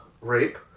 rape